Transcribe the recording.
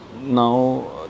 now